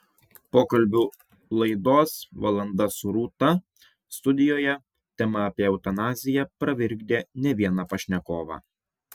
pokalbių laidos valanda su rūta studijoje tema apie eutanaziją pravirkdė ne vieną pašnekovą